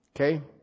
Okay